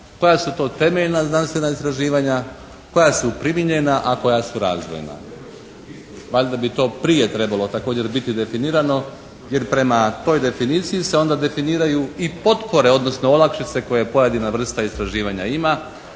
koja su to temeljna znanstvena istraživanja, koja su primijenjena, a koja su razdvojena. Valjda bi to prije trebalo također trebalo biti definirano, jer prema toj definiciji se onda definiraju i potpore odnosno olakšice koje pojedina vrsta istraživanja ima.